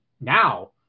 now